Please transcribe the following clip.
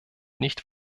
nicht